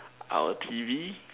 our T_V